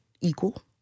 equal